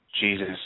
Jesus